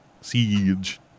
Siege